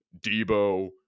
Debo